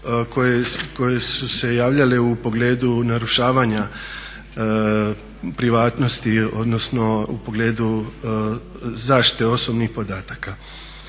koji su se javljali u pogledu narušavanja privatnosti odnosno u pogledu zaštite osobnih podataka.